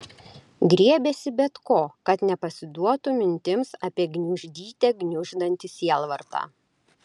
griebėsi bet ko kad nepasiduotų mintims apie gniuždyte gniuždantį sielvartą